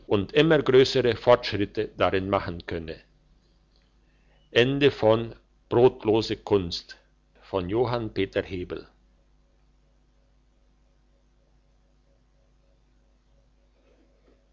und immer grössere fortschritte darin machen könne